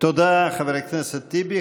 תודה, חבר הכנסת טיבי.